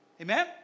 Amen